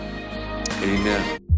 Amen